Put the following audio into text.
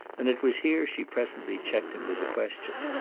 and it was here she presently checked him with a question.